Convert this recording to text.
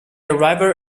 arrival